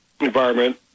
environment